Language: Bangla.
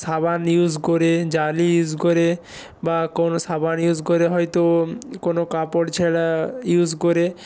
সাবান ইউজ করে জালি ইউজ করে বা কোনও সাবান ইউজ করে হয়তো কোনও কাপড় ছেঁড়া ইউজ করে